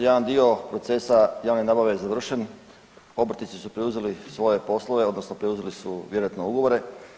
Jedan dio procesa javne nabave je završen, obrtnici su preuzeli svoje poslove, odnosno preuzeli su vjerojatno ugovore.